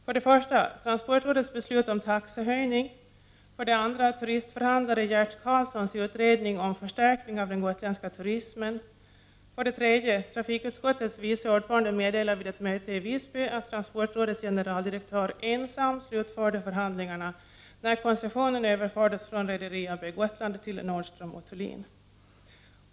För det första gäller det transportrådets beslut om taxehöjning, för det andra turistförhandlare Gert Karlssons utredning om förstärkning av den gotländska turismen. För det tredje meddelade trafikutskottets vice ordförande vid ett möte i Visby att transportrådets generaldirektör ensam slutförde förhandlingarna när koncessionen överfördes från Rederi AB Gotland till Nordström & Thulin.